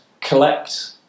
collect